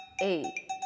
eight